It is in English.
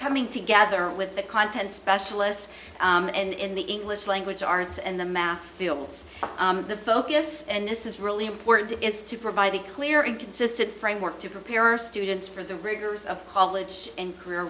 coming together with the content specialists and in the english language arts and the math fields the focus and this is really important is to provide a clear and consistent framework to prepare our students for the rigors of college and career